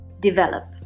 develop